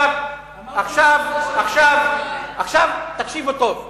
אמרת משהו על זה שנותנים לך, עכשיו תקשיבו טוב.